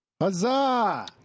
Huzzah